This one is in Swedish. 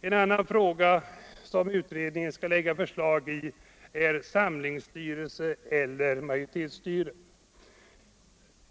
En annan fråga som utredningen skall ta ställning till är samlingsstyre eller majoritetsstyre.